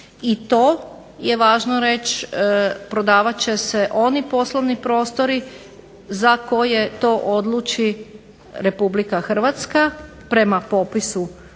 I to je važno reći, prodavat će se oni poslovni prostori za koje to odluči RH prema popisu koji